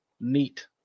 neat